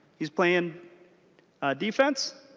his plane defense.